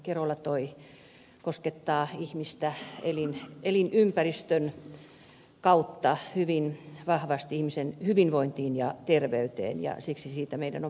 kerola toi esille se koskettaa elinympäristön kautta hyvin vahvasti ihmisen hyvinvointia ja terveyttä ja siksi meidän on siitä pidettävä huolta